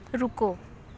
ਰੁਕੋ